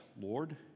Lord